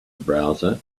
browser